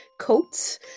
coats